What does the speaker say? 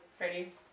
Ready